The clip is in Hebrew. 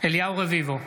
אליהו רביבו,